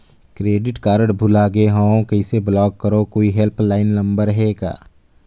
Credit card भुला गे हववं कइसे ब्लाक करव? कोई हेल्पलाइन नंबर हे का?